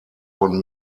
von